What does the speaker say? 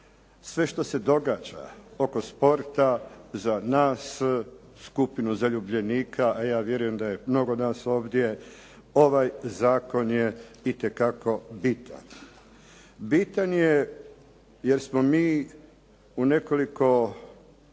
sve što se događa oko sporta za nas skupinu zaljubljenika a ja vjerujem da je mnogo nas ovdje ovaj zakon je itekako bitan. Bitan je jer smo mi u nekoliko